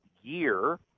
year